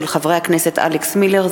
של חברי הכנסת אלכס מילר,